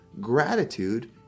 Gratitude